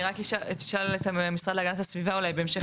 אני רק אשאל את המשרד להגנת הסביבה בהמשך